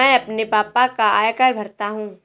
मैं अपने पापा का आयकर भरता हूं